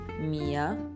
Mia